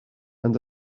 and